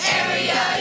area